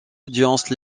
audience